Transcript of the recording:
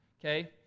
okay